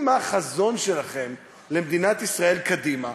מה החזון שלכם למדינת ישראל קדימה,